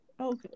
Okay